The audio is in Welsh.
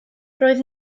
roedd